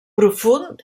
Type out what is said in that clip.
profund